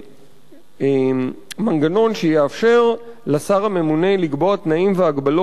במנגנון שיאפשר לשר הממונה לקבוע תנאים והגבלות